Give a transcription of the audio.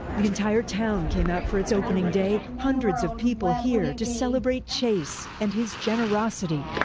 the entire town came out for its opening day. hundreds of people here to celebrate chase and his generosity.